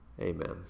Amen